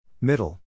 Middle